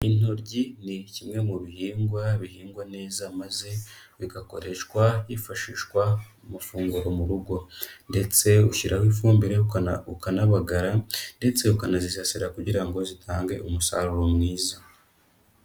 Intoryi ni kimwe mu bihingwa bihingwa neza maze bigakoreshwa hifashishwa amafunguro mu rugo, ndetse ushyiraho ifumbire ukanabagara ndetse ukanazisasira kugira ngo zitange umusaruro mwiza.